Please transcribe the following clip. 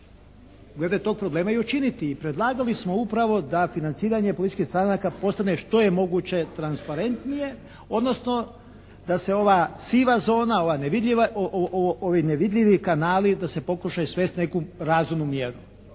glede tog problema učiniti i predlagali smo upravo da financiranje političkih stranaka postane što je moguće transparentnije odnosno da se ova siva zona, ova nevidljiva, ovi nevidljivi kanali da se pokušaju svesti na neku razumnu mjeru.